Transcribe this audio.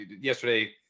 yesterday